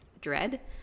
dread